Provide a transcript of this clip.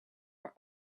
were